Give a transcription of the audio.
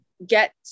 get